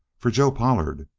for joe pollard.